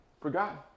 Forgotten